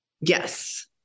Yes